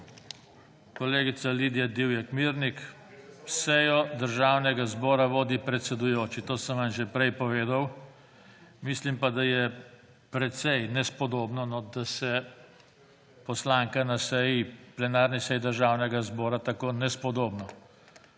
Kolegica Lidija Divjak Mirnik, sejo Državnega zbora vodi predsedujoči. To sem vam že prej povedal. Mislim pa, da je precej nespodobno, da se poslanka na plenarni seji Državnega zbora tako nespodobno